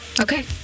Okay